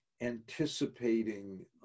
anticipating